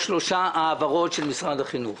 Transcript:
משרד החינוך